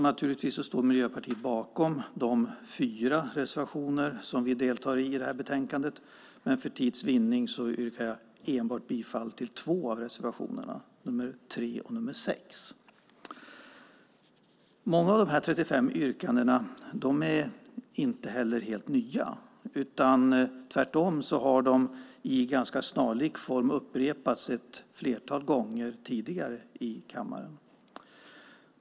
Naturligtvis står Miljöpartiet bakom de fyra reservationer som vi är med på i betänkandet, men för tids vinnande yrkar jag bifall till enbart två av reservationerna, 3 och 6. Många av dessa 35 yrkanden är inte heller helt nya. Tvärtom har de i ganska snarlik form upprepats ett flertal gånger tidigare i kammaren.